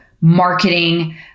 marketing